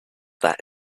that